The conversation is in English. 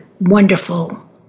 wonderful